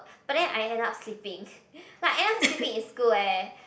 but then I end up sleeping I end up sleeping in school eh